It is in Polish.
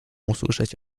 usłyszeć